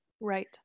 Right